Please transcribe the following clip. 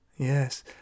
Yes